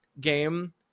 game